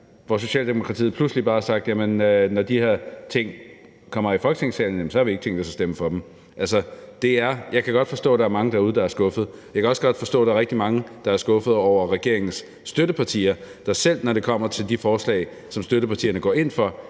men Socialdemokratiet har pludselig bare sagt, at jamen når de her ting kommer i Folketingssalen, har vi ikke tænkt os at stemme for dem. Jeg kan godt forstå, at der er mange derude, der er skuffede. Jeg kan også godt forstå, at der er rigtig mange, der er skuffede over regeringens støttepartier, der selv, når det kommer til de forslag, som støttepartierne går ind for,